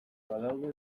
badaude